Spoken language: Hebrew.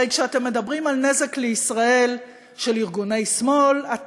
הרי כשאתם מדברים על נזק של ארגוני שמאל לישראל,